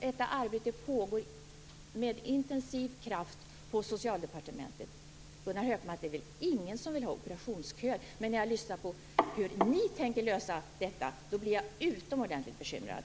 Detta arbete pågår med intensiv kraft på Socialdepartementet. Det är väl ingen som vill ha operationsköer, Gunnar Hökmark? Men när jag lyssnar på hur ni tänker lösa detta blir jag utomordentligt bekymrad.